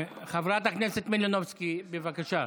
חברת הכנסת מלינובסקי, בבקשה.